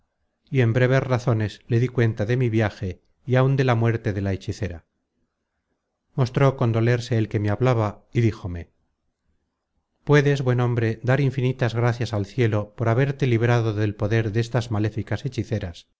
y en breves razones le di cuenta de mi viaje y aun de la muerte de la hechicera mostró condolerse el que me hablaba y díjome puedes buen hombre dar infinitas gracias al cielo por haberte librado del poder destas maléficas hechiceras